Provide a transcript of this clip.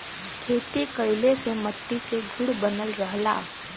खेती कइले से मट्टी के गुण बनल रहला